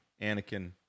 Anakin